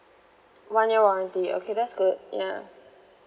one year warranty okay that's good